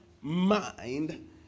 mind